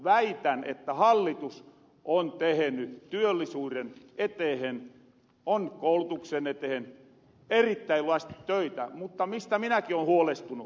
väitän että hallitus on teheny työllisyyren etehen koulutuksen etehen erittäin lujasti töitä mutta se mistä minäki oon huolestunu on nuorisotyöttömyys